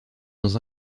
dans